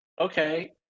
okay